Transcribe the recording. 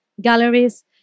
galleries